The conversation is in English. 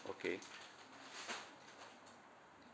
okay